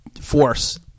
force